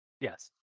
Yes